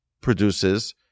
produces